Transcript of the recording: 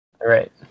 Right